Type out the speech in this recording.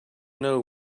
know